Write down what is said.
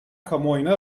kamuoyuna